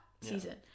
season